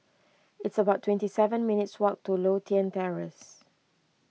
it's about twenty seven minutes' walk to Lothian Terrace